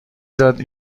داده